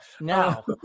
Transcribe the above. Now